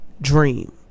dream